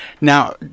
now